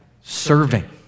serving